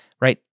right